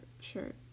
shirt